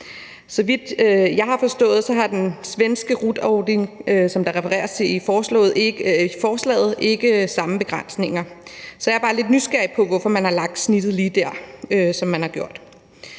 Så vidt jeg har forstået, har den svenske RUT-ordning, som der refereres til i forslaget, ikke samme begrænsninger. Så jeg er bare lidt nysgerrig på, hvorfor man har lagt snittet lige der, hvor man har.